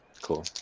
Cool